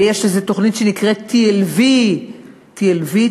ויש איזה תוכנית שנקראת TLV. TLV,